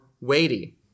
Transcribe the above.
weighty